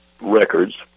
records